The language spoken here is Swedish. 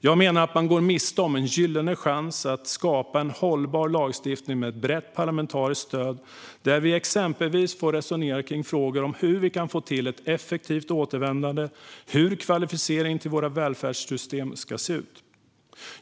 Jag menar att man därmed går miste om en gyllene chans att skapa en hållbar lagstiftning med ett brett parlamentariskt stöd, där vi exempelvis får resonera om frågor om hur vi kan få till ett effektivt återvändande och hur kvalificeringen till våra välfärdssystem ska se ut.